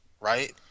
right